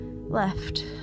left